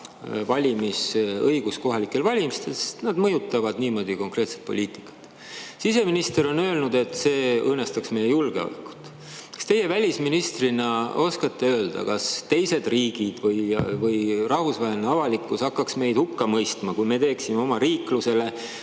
valimisõigus ära, sest nad mõjutavad niimoodi konkreetselt poliitikat. Siseminister on öelnud, et see õõnestaks meie julgeolekut. Kas teie välisministrina oskate öelda, kas teised riigid või rahvusvaheline avalikkus hakkaks meid hukka mõistma, kui me teeksime oma riiklusele